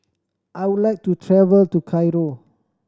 I would like to travel to Cairo